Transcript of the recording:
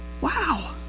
Wow